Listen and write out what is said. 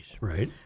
Right